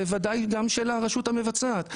ובוודאי גם של הרשות המבצעת,